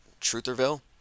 trutherville